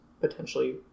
potentially